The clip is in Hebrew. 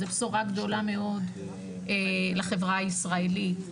זו בשורה גדולה מאוד לחברה הישראלית,